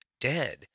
dead